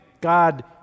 God